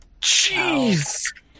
Jeez